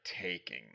taking